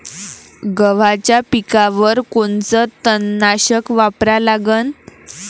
गव्हाच्या पिकावर कोनचं तननाशक वापरा लागन?